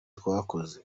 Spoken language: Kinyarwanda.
twakoze